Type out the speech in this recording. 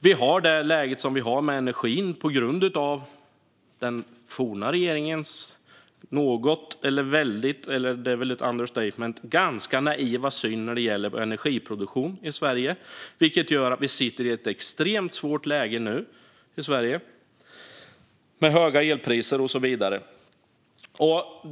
Vi har också läget med energin, på grund av den forna regeringens något eller ganska - det är ett understatement - naiva syn när det gäller energiproduktionen i Sverige. Det gör att Sverige nu sitter i ett extremt svårt läge med höga elpriser och så vidare.